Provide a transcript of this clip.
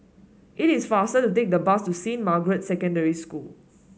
it is faster to take the bus to Saint Margaret's Secondary School